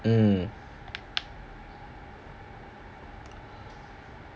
mm